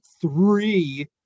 three